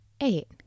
eight